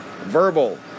Verbal